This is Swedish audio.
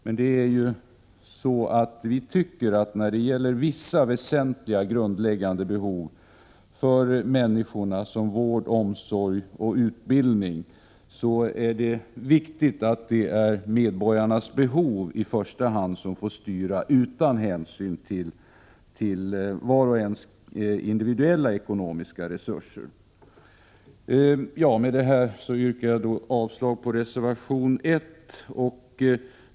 Men vi tycker att när det gäller vissa grundläggande behov för människorna, som vård, omsorg och utbildning, är det viktigt att det är i första hand medborgarnas behov som får styra, utan hänsyn till vars och ens individuella ekonomiska resurser. Med detta yrkar jag avslag på reservation 1.